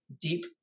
deep